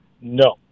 No